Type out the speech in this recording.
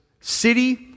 city